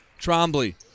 Trombley